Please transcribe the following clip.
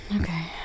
Okay